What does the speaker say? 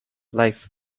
life